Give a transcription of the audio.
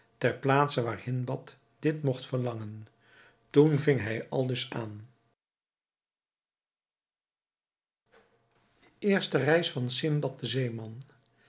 ter plaatse waar hindbad dit mogt verlangen toen ving hij aldus aan eerste reis van sindbad den zeeman